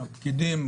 הפקידים,